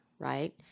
right